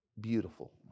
beautiful